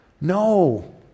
No